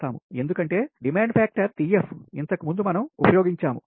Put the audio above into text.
ఎందుకంటే demand factor DF ఇంతకుముందు మనం ఉపయోగించాము